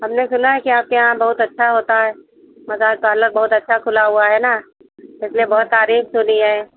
हमें सुना है कि आपके यहाँ बहुत अच्छा होता है मसाज पालर बहुत अच्छा खुला हुआ है ना इसलिए बहोत तारीफ सुनी है